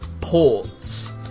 ports